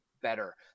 better